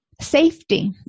Safety